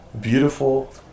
beautiful